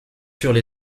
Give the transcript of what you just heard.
furent